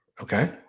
Okay